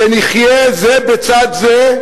שנחיה זה בצד זה,